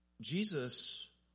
Jesus